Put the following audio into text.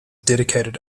dedicated